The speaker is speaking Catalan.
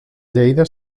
lleida